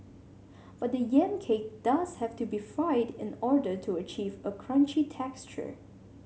but the yam cake does have to be fried in order to achieve a crunchy texture